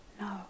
No